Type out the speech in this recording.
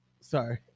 Sorry